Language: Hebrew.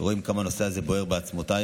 אינו נוכח, חבר הכנסת ואליד